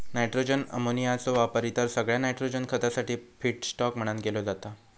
nitrogen अमोनियाचो वापर इतर सगळ्या नायट्रोजन खतासाठी फीडस्टॉक म्हणान केलो जाता